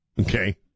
Okay